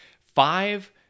five